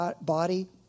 body